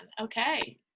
Okay